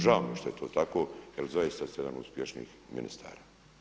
Žao mi je što je to tako jer zaista ste jedan od uspješnijih ministara.